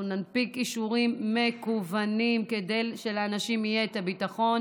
אנחנו ננפיק אישורים מקוונים כדי שלאנשים יהיה ביטחון